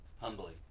Humbly